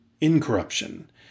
incorruption